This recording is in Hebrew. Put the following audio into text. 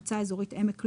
מועצה אזורית עמק לוד,